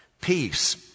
Peace